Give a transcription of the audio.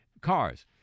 Cars